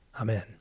Amen